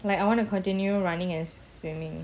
like I want to continue running and swimming